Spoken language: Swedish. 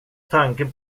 tanken